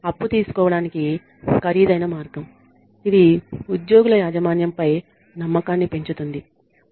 ఇది అప్పు తీసుకోవటానికి ఖరీదైన మార్గం ఇది ఉద్యోగుల యాజమాన్యంపై నమ్మకాన్ని పెంచుతుంది